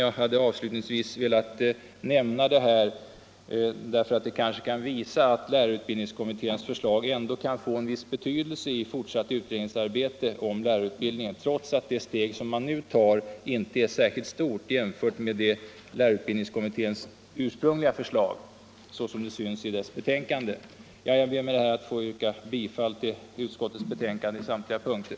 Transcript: Jag har avslutningsvis velat nämna detta, därför att det kanske visar att lärarutbildningskommitténs förslag kan få en betydelse i det fortsatta utredningsarbetet om lärarutbildningen, trots att det steg man nu tar inte är särskilt stort jämfört med lärarutbildningskommitténs ursprungliga förslag såsom det framställs i dess betänkande. Jag ber med detta att få yrka bifall till utskottets hemställan på samtliga punkter.